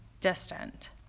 distant